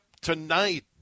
tonight